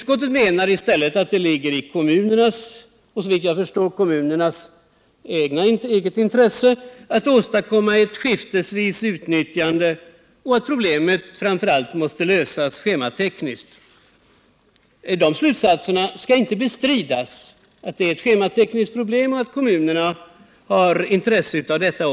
Detta menar i stället såvitt jag förstår att det ligger i kommunernas eget intresse att åstadkomma ett skiftesvis utnyttjande och att problemet framför allt måste lösas schematekniskt. Det skall inte bestridas att det är ett schematekniskt problem och att kommunerna också har intresse av detta.